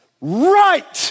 right